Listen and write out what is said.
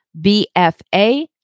BFA